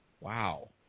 Wow